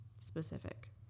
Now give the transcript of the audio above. specific